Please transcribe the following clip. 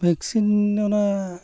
vaccine